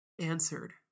answered